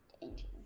engine